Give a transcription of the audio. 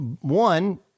one